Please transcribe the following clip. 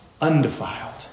undefiled